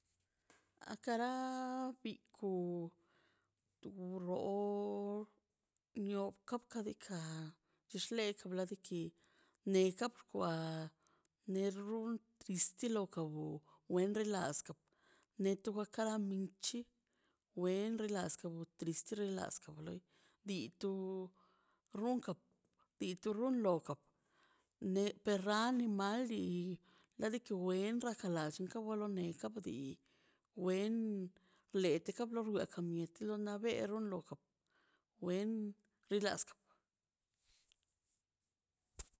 Aka bi ku tu ro nio ka kapdika tux lega toka diki neka bxkwa ne runt tisto lo kabu wendo laska neto ra ka winchi wen la raska triste relaska loi di tu runka di tu runkan lo ne derra animali lidaki wen raka lall to wen lo neka bdi wen letekeka lo rue ka mieta na naberon wna wen rilaska